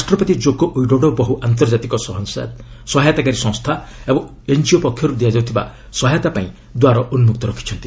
ରାଷ୍ଟ୍ରପତି Joko Widodo ବହୁ ଆନ୍ତର୍ଜାତିକ ସହାୟତାକାରୀ ସଂସ୍ଥା ଏବଂ ଏନ୍ଜିଓ ପକ୍ଷରୁ ଦିଆଯାଉଥିବା ସହାୟତାପାଇଁ ଦ୍ୱାର ଉନ୍କକ୍ତ ରଖିଛନ୍ତି